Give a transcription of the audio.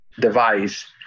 device